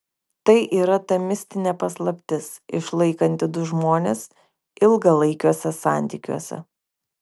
tai yra ta mistinė paslaptis išlaikanti du žmones ilgalaikiuose santykiuose